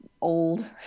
old